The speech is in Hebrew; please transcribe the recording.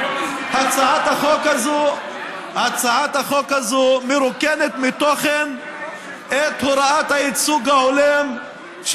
הצעת החוק הזאת מרוקנת מתוכן את הוראת הייצוג ההולם,